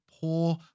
poor